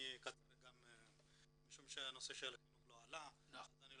אני אקצר משום שנושא החינוך לא עלה אז לא